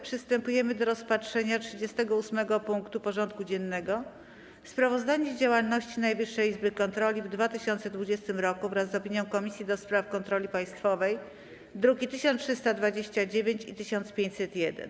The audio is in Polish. Przystępujemy do rozpatrzenia punktu 38. porządku dziennego: Sprawozdanie z działalności Najwyższej Izby Kontroli w 2020 roku wraz z opinią Komisji do Spraw Kontroli Państwowej (druki nr 1329 i 1501)